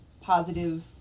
positive